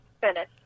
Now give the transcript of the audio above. finish